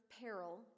peril